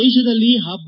ದೇಶದಲ್ಲಿ ಹಬ್ಲ